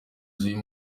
z’uyu